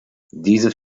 diese